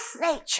nature